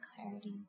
clarity